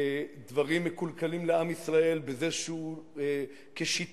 דברים מקולקלים לעם ישראל בזה שהוא כשיטה,